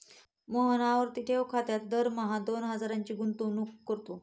मोहन आवर्ती ठेव खात्यात दरमहा दोन हजारांची गुंतवणूक करतो